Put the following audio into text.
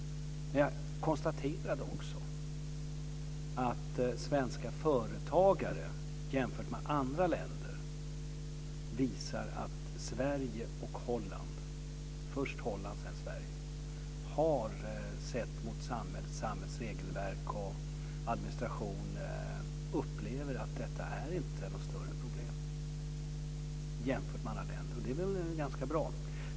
Men jag konstaterade också att holländska företagare och svenska företagare - först holländska och sedan svenska - jämfört med företagare i andra länder inte upplever samhällets regelverk och administration som något större problem. Och det är väl ganska bra?